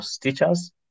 teachers